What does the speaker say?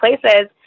places